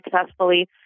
successfully